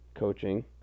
Coaching